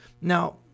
Now